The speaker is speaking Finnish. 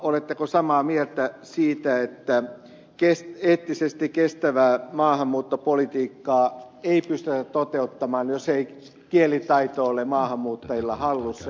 oletteko samaa mieltä siitä että eettisesti kestävää maahanmuuttopolitiikkaa ei pystytä toteuttamaan jos ei kielitaito ole maahanmuuttajilla hallussa